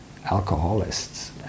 alcoholists